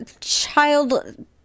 child